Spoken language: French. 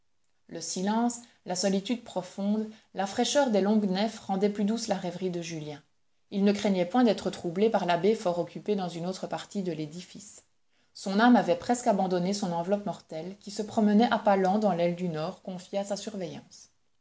le silence la solitude profonde la fraîcheur des longues nefs rendaient plus douce la rêverie de julien il ne craignait point d'être troublé par l'abbé fort occupé dans une autre partie de l'édifice son âme avait presque abandonné son enveloppe mortelle qui se promenait à pas lents dans l'aile du nord confiée à sa surveillance